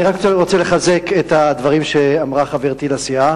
אני רק רוצה לחזק את הדברים שאמרה חברתי לסיעה